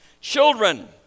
Children